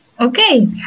Okay